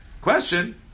question